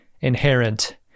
inherent